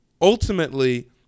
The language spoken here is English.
ultimately